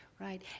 Right